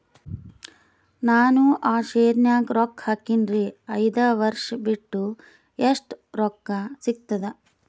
ನಾನು ಆ ಶೇರ ನ್ಯಾಗ ರೊಕ್ಕ ಹಾಕಿನ್ರಿ, ಐದ ವರ್ಷ ಬಿಟ್ಟು ಎಷ್ಟ ರೊಕ್ಕ ಸಿಗ್ತದ?